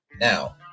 Now